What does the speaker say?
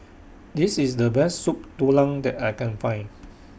This IS The Best Soup Tulang that I Can Find